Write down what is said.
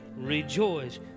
Rejoice